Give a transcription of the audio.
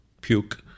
puke